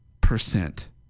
percent